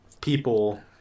people